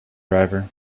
driver